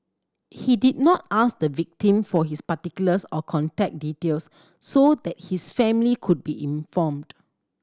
he did not ask the victim for his particulars or contact details so that his family could be informed